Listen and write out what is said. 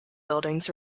buildings